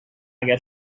اگر